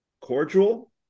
cordial